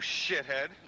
shithead